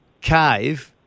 cave